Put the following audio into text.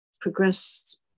progressed